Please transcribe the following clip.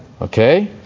okay